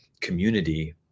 community